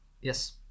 Yes